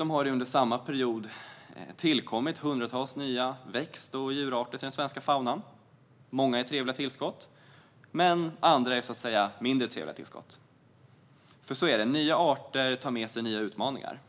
Under samma period har det dessutom tillkommit hundratals nya växt och djurarter till den svenska floran och faunan. Många är trevliga tillskott, men andra är så att säga mindre trevliga. Det är nämligen så att nya arter tar med sig nya utmaningar.